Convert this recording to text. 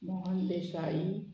Mohan Desai